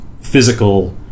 physical